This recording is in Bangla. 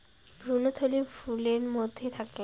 ভ্রূণথলি ফুলের মধ্যে থাকে